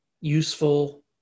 useful